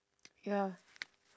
ya